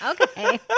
Okay